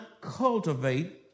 cultivate